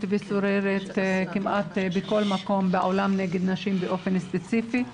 ושוררת כמעט בכל מקום בעולם נגד נשים באופן ספציפי,